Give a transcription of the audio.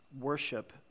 Worship